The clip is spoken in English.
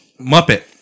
Muppet